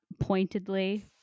pointedly